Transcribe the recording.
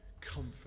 comfort